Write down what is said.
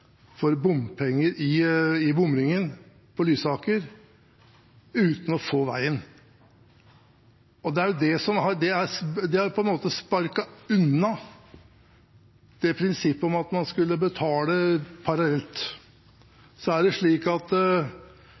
betale bompenger i bomringen på Lysaker siden 2008, uten å få veien. Det har på en måte sparket unna prinsippet om at man skal betale parallelt. Vi snakker altså her om mye penger som allerede er